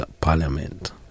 Parliament